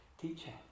teaching